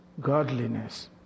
Godliness